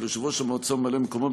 של יושב-ראש המועצה או ממלא-מקומו,